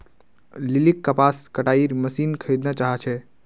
लिलीक कपास कटाईर मशीन खरीदना चाहा छे